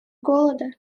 голода